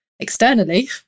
externally